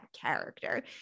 character